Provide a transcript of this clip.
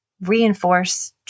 reinforce